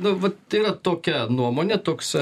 nu vat tai yra tokia nuomonė toks